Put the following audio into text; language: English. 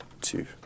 two